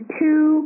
two